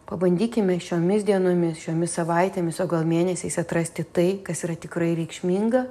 pabandykime šiomis dienomis šiomis savaitėmis o gal mėnesiais atrasti tai kas yra tikrai reikšminga